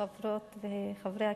חברות וחברי הכנסת,